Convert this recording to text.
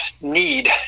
need